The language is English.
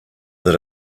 that